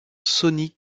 sony